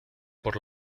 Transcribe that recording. por